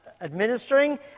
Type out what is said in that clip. administering